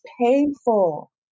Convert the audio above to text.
painful